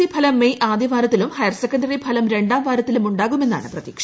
C ഫലം May ആദ്യവാരത്തിലും higher secondary ഫലം രണ്ടാം വാരത്തിലും ഉണ്ടാകുമെന്നാണ് പ്രതീക്ഷ